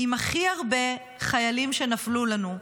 עם הכי הרבה חיילים שנפלו לנו,